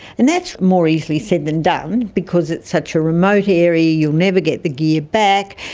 and that's more easily said than done because it's such a remote area, you'll never get the gear back.